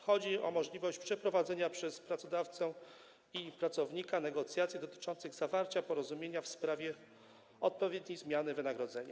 Chodzi o możliwość przeprowadzenia przez pracodawcę i pracownika negocjacji dotyczących zawarcia porozumienia w sprawie odpowiedniej zmiany wynagrodzenia.